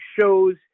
shows